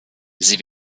sie